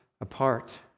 apart